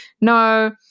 no